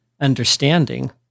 understanding